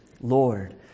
Lord